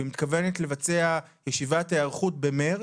והיא מתכוונת לבצע ישיבת היערכות במרץ.